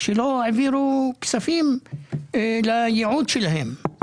שלא העבירו כספים לייעוד שלהם.